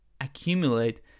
accumulate